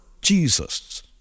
Jesus